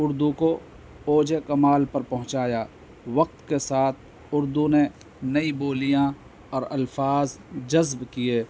اردو کو عوج کمال پر پہنچایا وقت کے ساتھ اردو نے نئی بولیاں اور الفاظ جذب کیے